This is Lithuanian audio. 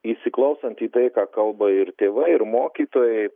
įsiklausant į tai ką kalba ir tėvai ir mokytojai